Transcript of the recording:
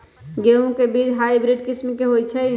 गेंहू के बीज हाइब्रिड किस्म के होई छई?